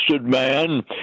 man